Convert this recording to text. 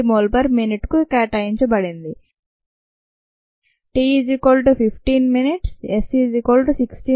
19 mMmin 1 కు కేటాయించబడింది t 15 min S 16